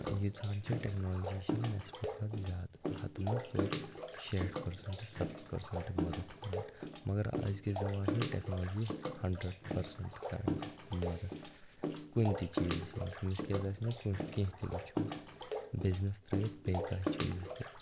ییٖژ ہن چھِ ٹٮ۪کنالجی چھِ نٮ۪صبہٕ کھۄتہٕ زیادٕ ہَتہٕ منٛز توتہِ شیٹھ پٔرسَنٛٹہٕ سَتَتھ پٔرسَنٹہٕ مَدَتھ کَران مگر أزۍکِس زَمانَس منٛز ٹٮ۪کنالجی ہَنٛڈرَڈ پٔرسَنٛٹہٕ کَران مَدَتھ کُنہِ تہِ چیٖزَس منٛز تٔمِس کیٛازِ آسہِ نہٕ کُنہِ کیٚنٛہہ تہِ وُچھُن بِزنِس ترٛٲوِتھ بیٚیہِ کانٛہہ چیٖز تہِ